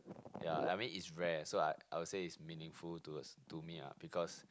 ya I mean it's rare so I I would say is meaningful towards to me ah because